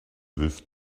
with